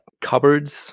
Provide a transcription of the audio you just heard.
cupboards